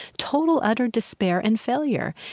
total utter despair and failure,